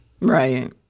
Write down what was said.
Right